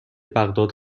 بغداد